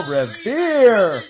Revere